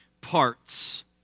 parts